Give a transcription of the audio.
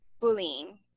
bullying